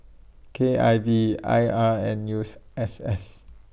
K I V I R and U S S